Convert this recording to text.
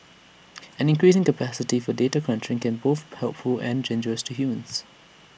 an increasing capacity for data crunching can both helpful and to humans